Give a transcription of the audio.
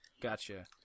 Gotcha